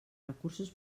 recursos